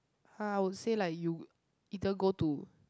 uh I would say like you either go to